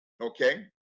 okay